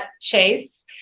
Chase